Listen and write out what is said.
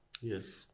Yes